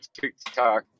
TikTok